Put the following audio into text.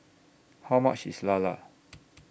How much IS Lala